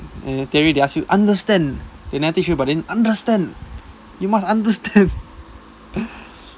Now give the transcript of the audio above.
ya theory they ask you understand they never teach you but then understand you must understand